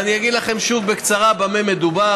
אגיד לכם שוב בקצרה במה במדובר,